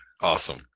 awesome